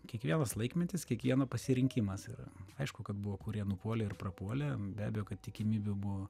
kiekvienas laikmetis kiekvieno pasirinkimas yra aišku kad buvo kurie nupuolė ir prapuolė be abejo kad tikimybė buvo